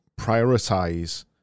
prioritize